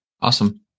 Awesome